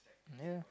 near